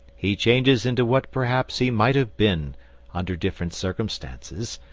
he changes into what perhaps he might have been under different circumstances.